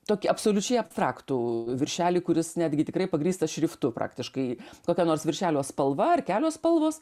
tokį absoliučiai abtraktų viršelį kuris netgi tikrai pagrįstas šriftu praktiškai kokia nors viršelio spalva ar kelios spalvos